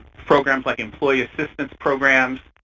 programs like employee assistance programs,